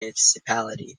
municipality